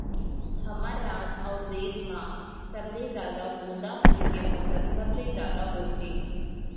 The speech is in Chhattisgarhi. हमर राज अउ देस म सबले जादा गोंदा फूल के फसल सबले जादा होथे